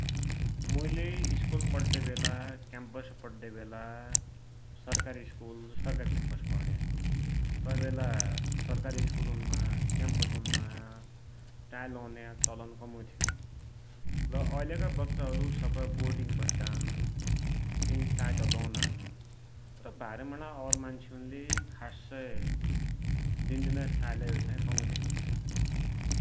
मुइले स्कुल पड्याबेला, क्याम्पस पड्याबेला सरकारी स्कुल, सरकारी क्याम्पस पड्या, तै बेला सरकारी स्कुलुन्मा, क्याम्पसुन्मा टाई लौन्या चलन कमुइ थ्यो। र ऐलका बच्चाहरु सबै बोर्डिंग पड्डान, तिन टाई त् लौनान तर भाइरमुणका और मान्सुन्ले खासै दिंन्दैनै टाई लायोचाही कमुइ धेकिन्छ।